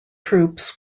troops